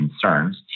concerns